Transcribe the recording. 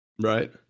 right